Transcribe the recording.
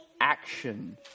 action